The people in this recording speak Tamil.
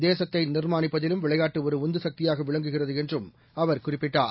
தேசத்தை நிர்மாணிப்பதிலும் விளையாட்டு ஒரு உந்துசக்தியாக விளங்குகிறது என்றும் அவர் குறிப்பிட்டார்